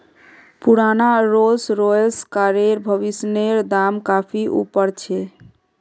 पुराना Rolls Royce कारेर भविष्येर दाम काफी ऊपर छे